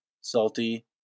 salty